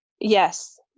Yes